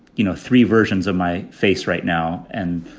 you know, three versions of my face right now. and,